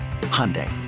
Hyundai